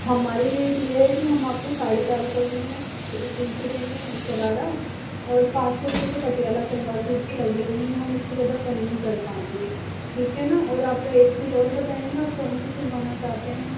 हमारी रेट यह है कि हम आपको साढ़े चार सौ रूपए में सील सील के देंगे शरारा और पाँच सौ रूपए तो पटियाला सलवार सूट के लगेंगे ही हम उससे ज़्यादा कम नहीं कर पाएंगे ठीक है न और आप एक सूट और बताएंगे आप कौन सा सिलवाना चाहते हैं